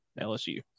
LSU